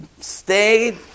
stayed